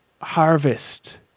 harvest